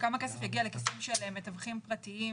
וכמה כסף יגיע לכיסים של מתווכים פרטיים,